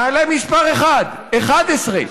נעלה מספר אחד, 11,